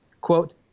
quote